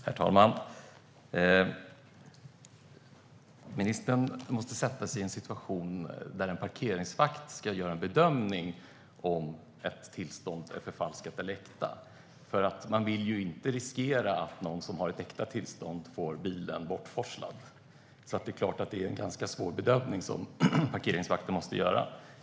Herr talman! Ministern måste sätta sig in i en situation där en parkeringsvakt ska göra en bedömning av om ett tillstånd är förfalskat eller äkta. Man vill ju inte riskera att någon som har ett äkta tillstånd får bilen bortforslad. Det är klart att det är en ganska svår bedömning som parkeringsvakten måste göra.